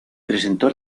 presentó